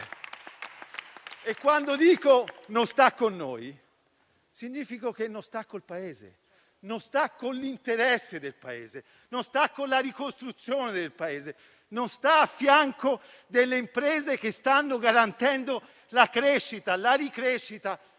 Quando dico che non sta con noi voglio dire che non sta con il Paese, non sta con l'interesse del Paese, non sta con la ricostruzione del Paese, non sta a fianco delle imprese che stanno garantendo la ripresa della crescita,